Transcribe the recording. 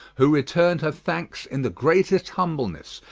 who return'd her thankes in the great'st humblenesse,